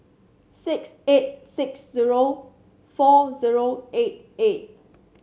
six eight six zero four zero eight eight